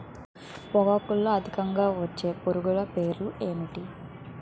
పొగాకులో అధికంగా వచ్చే పురుగుల పేర్లు ఏంటి